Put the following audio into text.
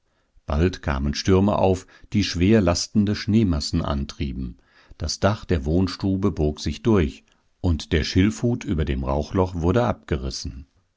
bald kamen stürme auf die schwer lastende schneemassen antrieben das dach der wohnstube bog sich durch und der schilfhut über dem rauchloch wurde abgerissen